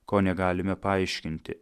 ko negalime paaiškinti